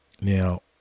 Now